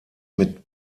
mit